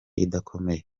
idakomeye